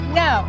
no